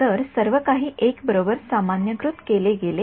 तर सर्वकाही १ बरोबर सामान्यीकृत केले गेले आहे